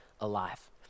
alive